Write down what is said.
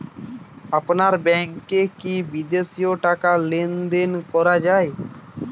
আপনার ব্যাংকে কী বিদেশিও টাকা লেনদেন করা যায়?